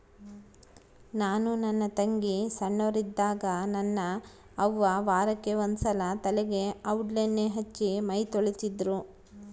ನಾನು ನನ್ನ ತಂಗಿ ಸೊಣ್ಣೋರಿದ್ದಾಗ ನನ್ನ ಅವ್ವ ವಾರಕ್ಕೆ ಒಂದ್ಸಲ ತಲೆಗೆ ಔಡ್ಲಣ್ಣೆ ಹಚ್ಚಿ ಮೈತೊಳಿತಿದ್ರು